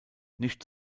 nicht